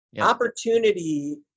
opportunity